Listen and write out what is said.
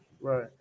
Right